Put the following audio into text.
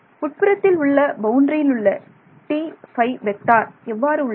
உட்புறத்தில் உள்ள பவுண்டரியிலுள்ள T5 எவ்வாறு உள்ளது